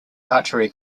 archery